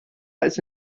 als